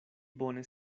bone